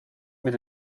mit